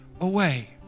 away